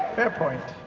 fair point.